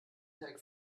teig